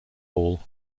hall